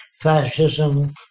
fascism